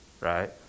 right